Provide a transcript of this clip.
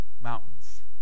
mountains